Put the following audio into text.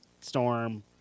storm